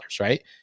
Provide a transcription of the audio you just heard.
right